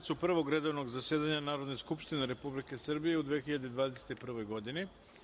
sednicu Prvog redovnog zasedanja Narodne skupštine Republike Srbije u 2021. godini.